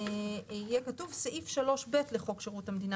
יהיה כתוב "סעיף 3ב לחוק שירות המדינה".